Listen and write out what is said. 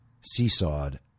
seesawed